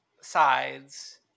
sides